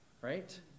right